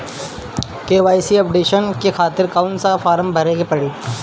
KYC updation के खातिर कौन सा फारम भरे के पड़ी?